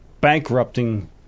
bankrupting